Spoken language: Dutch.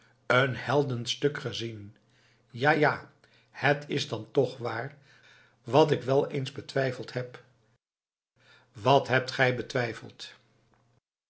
een heldenstuk gezien ja ja het is dan toch waar wat ik wel eens betwijfeld heb wat hebt gij betwijfeld